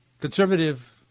conservative